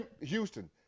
Houston